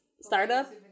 startup